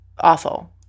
awful